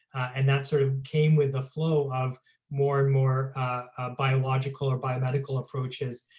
and that sort of came with the flow of more and more biological or biomedical approaches,